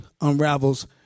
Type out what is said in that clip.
unravels